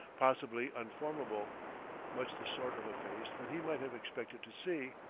possibly unformable much the sort of a face that he might have expected to see,